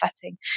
setting